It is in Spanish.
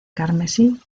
carmesí